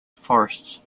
forests